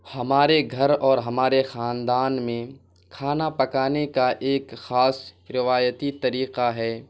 ہمارے گھر اور ہمارے خاندان میں کھانا پکانے کا ایک خاص روایتی طریقہ ہے